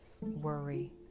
worry